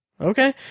okay